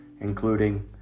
including